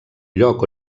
lloc